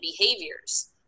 behaviors